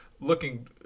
looking